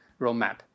roadmap